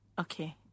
okay